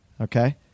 Okay